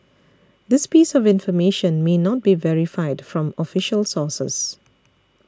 this piece of information may not be verified from official sources